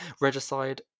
Regicide